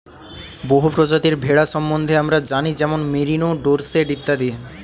বহু প্রজাতির ভেড়া সম্বন্ধে আমরা জানি যেমন মেরিনো, ডোরসেট ইত্যাদি